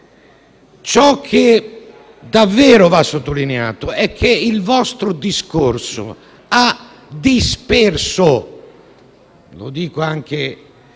ciò che davvero va sottolineato è che il vostro discorso ha disperso - lo dico anche ai